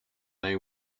they